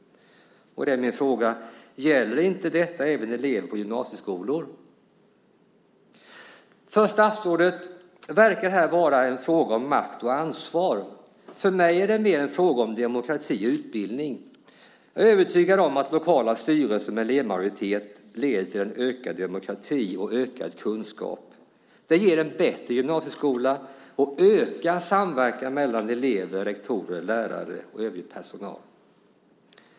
Då är min fråga: Gäller inte detta även elever på gymnasieskolor? För statsrådet verkar det här vara en fråga om makt och ansvar. För mig är det mer en fråga om demokrati och utbildning. Jag är övertygad om att lokala styrelser med elevmajoritet leder till en ökad demokrati och ökad kunskap. Det ger en bättre gymnasieskola och ökar samverkan mellan elever, rektorer, lärare och övrig personal.